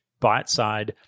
ByteSide